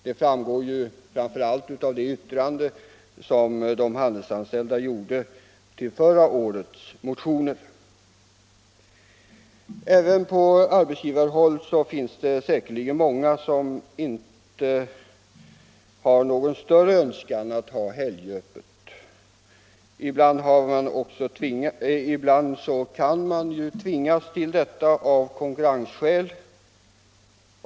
Det framgår framför allt av det yttrande som de handelsanställda avgav över förra årets motioner. Även på arbetsgivarhåll finns det säkert många som inte har någon större önskan att hålla helgöppet. Ibland kan de dock tvingas till det av konkurrensskäl.